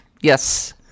Yes